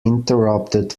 interrupted